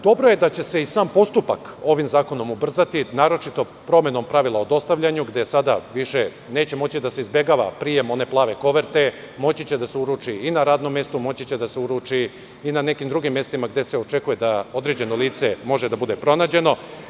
Dobro je da će se i sam postupak ovim zakonom ubrzati, naročito promenom pravila o dostavljanju, gde sada više neće moći da se izbegava prijem one plave koverte, moći će da se uruči i na radnom mestu, moći će da se uruči i na nekim drugim mestima gde se očekuje da određeno lice može da bude pronađeno.